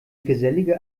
gesellige